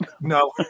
No